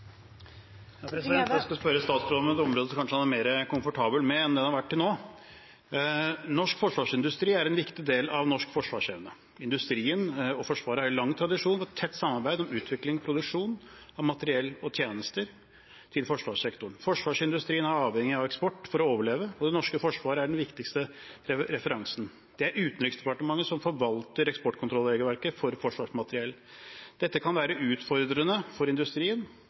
Jeg skal spørre statsråden om et område som han kanskje er mer komfortabel med enn det han har vært til nå. Norsk forsvarsindustri er en viktig del av norsk forsvarsevne. Industrien og Forsvaret har en lang tradisjon for tett samarbeid om utvikling og produksjon av materiell og tjenester til forsvarssektoren. Forsvarsindustrien er avhengig av eksport for å overleve, og det norske forsvaret er den viktigste referansen. Det er Utenriksdepartementet som forvalter eksportkontrollregelverket for forsvarsmateriell. Dette kan være utfordrende for industrien,